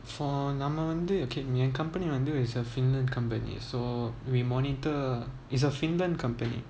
for எங்கஅம்மாவந்து:enga amma vanthu okay என்:en company வந்து:vanthu is a finland company so we monitor is a finland company